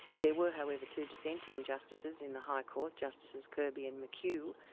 there were however, two dissenting justices in the high court, justices kirby and mchugh,